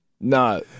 No